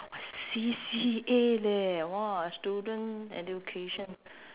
C_C_A leh !wah! student education